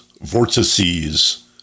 vortices